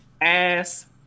ass